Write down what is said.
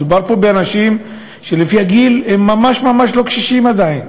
מדובר פה באנשים שלפי הגיל הם ממש ממש לא קשישים עדיין.